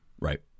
Right